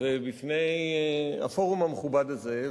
ובפני הפורום המכובד הזה,